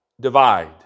divide